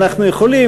אנחנו יכולים.